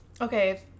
okay